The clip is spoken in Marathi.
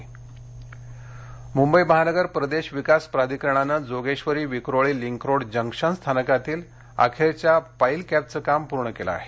मुंबई मुंबई महानगर प्रदेश विकास प्राधिकरणानं Jogeshwari Vikhroli link road junction स्थानकातील अखेरच्या पाईल कॅपचं काम पूर्ण केलं आहे